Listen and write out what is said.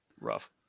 Rough